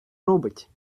робить